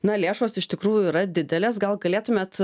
na lėšos iš tikrųjų yra didelės gal galėtumėt